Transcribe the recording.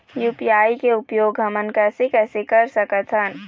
UPI के उपयोग हमन कैसे कैसे कर सकत हन?